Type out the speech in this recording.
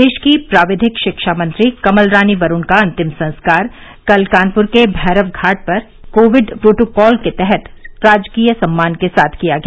प्रदेश की प्राविधिक शिक्षामंत्री कमल रानी वरूण का अंतिम संस्कार कल कानपुर के भैरव घाट पर कोविड प्रोटोकॉल के तहत राजकीय सम्मान के साथ किया गया